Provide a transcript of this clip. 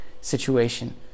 situation